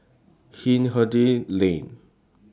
Hindhede Lane